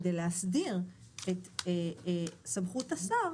כדי להסדיר את סמכות השר,